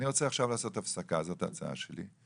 אני רוצה עכשיו לעשות הפסקה, זאת ההצעה שלי,